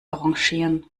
arrangieren